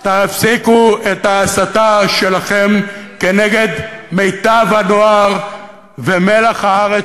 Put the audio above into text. תפסיקו את ההסתה שלכם נגד מיטב הנוער ומלח הארץ,